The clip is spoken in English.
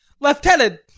lieutenant